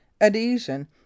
adhesion